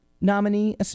nominee